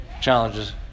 challenges